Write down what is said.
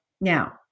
Now